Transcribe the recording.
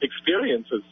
experiences